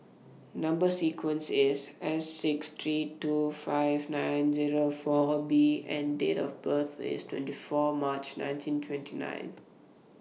Number sequence IS S six three two five nine Zero four B and Date of birth IS twenty four March nineteen twenty nine